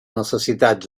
necessitats